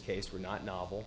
case were not novel